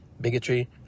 bigotry